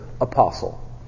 apostle